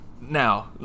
Now